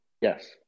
Yes